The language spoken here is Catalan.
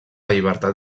llibertat